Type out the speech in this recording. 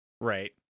Right